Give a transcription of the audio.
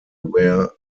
wear